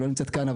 שלא נמצאת כאן,